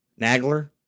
Nagler